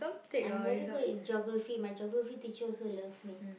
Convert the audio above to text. I'm very good in geography my geography teacher also loves me